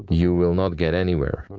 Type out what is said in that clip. you will not get anywhere.